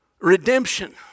redemption